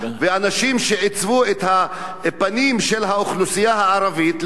אנשים שעיצבו את הפנים של האוכלוסייה הערבית,